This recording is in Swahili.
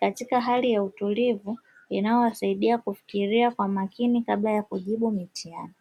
katika hali ya utulivu inayowasaidia kufikiria kwa makini katika kujibu mtihani.